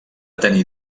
tenir